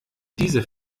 diese